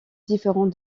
différent